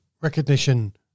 recognition